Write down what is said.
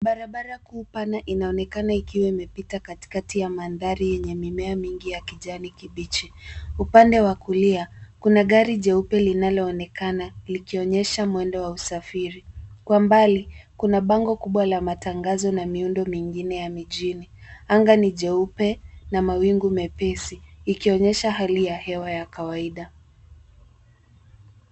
Barabara kuu pana inaonekana ikiwa imepita katikati ya mandhari yenye mimea mingi ya kijani kibichi. Upande wa kulia, kuna gari jeupe linaloonekana likionyesha mwendo wa usafiri. Kwa mbali kuna bango kubwa la matangazo na miundo mingine ya mijini. Anga ni jeupe na mawingu mepesi ikionyesha hali ya hewa ya kawaida.